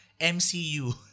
MCU